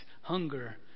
hunger